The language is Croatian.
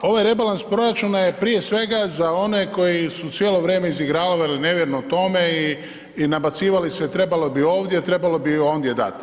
Pa ovaj rebalans proračuna je prije svega za one koji su cijelo vrijeme izigravali nevjerne Tome i nabacivali se trebalo bi ovdje, trebalo bi ondje dati.